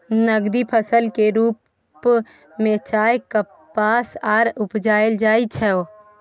नकदी फसल के रूप में चाय, कपास आर उपजाएल जाइ छै